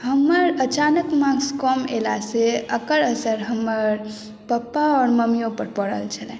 हमर अचानक मार्क्स कम एलासँ एकर असर हमर पापा आओर मम्मियोपर पड़ल छलय